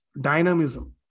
dynamism